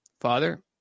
Father